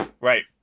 right